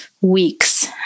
weeks